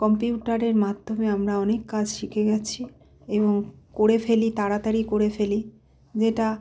কম্পিউটারের মাধ্যমে আমরা অনেক কাজ শিখে গিয়েছি এবং করে ফেলি তাড়াতাড়ি করে ফেলি যেটা